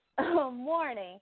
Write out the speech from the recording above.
morning